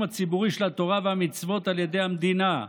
הציבורי של התורה והמצוות על ידי המדינה,